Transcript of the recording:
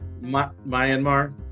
Myanmar